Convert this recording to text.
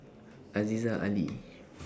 Aziza Ali